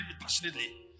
passionately